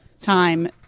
time